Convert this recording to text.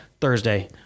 Thursday